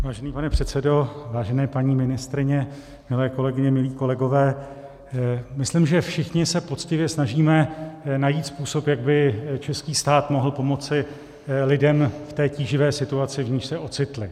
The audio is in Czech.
Vážený pane předsedo, vážené paní ministryně, milé kolegyně, milí kolegové, myslím, že všichni se poctivě snažíme najít způsob, jak by český stát mohl pomoci lidem v té tíživé situaci, v níž se ocitli.